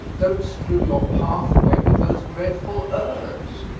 don't strew your pathway with those dreadful urs.